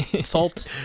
Salt